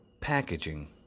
packaging